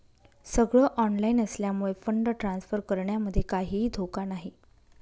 सगळ ऑनलाइन असल्यामुळे fund transfer करण्यामध्ये काहीही धोका नाही